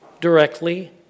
directly